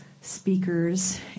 speakers